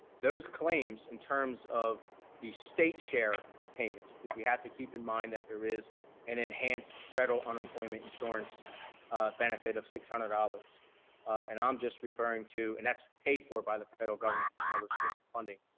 those claims, in terms of the state's share of payments because we have to keep in mind that there is an enhanced federal unemployment insurance benefit of six hundred dollars and i'm just referring to and that's paid for by the federal government from another source of funding,